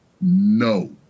no